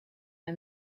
and